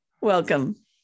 welcome